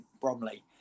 Bromley